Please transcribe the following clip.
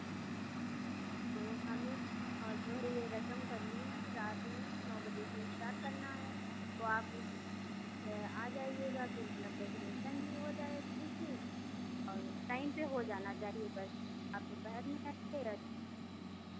तो हमें और जो है ये रसम करनी है रात में नौ बजे से स्टार्ट करना है तो आप आ जाइएगा फिर मतलब डेकोरेशन भी हो जाए अच्छे से और टाइम पे हो जाना चाहिए बस आप दोपहर में आइए या